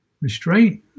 restraint